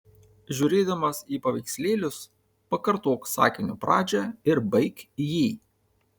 žiūrėdamas į paveikslėlius pakartok sakinio pradžią ir baik jį